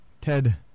Ted